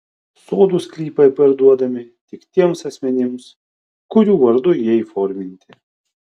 sodų sklypai parduodami tik tiems asmenims kurių vardu jie įforminti